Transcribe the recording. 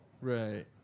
Right